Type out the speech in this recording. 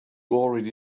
already